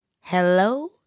Hello